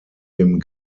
dem